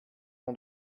mon